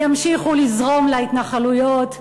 ימשיכו לזרום להתנחלויות,